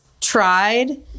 tried